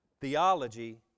theology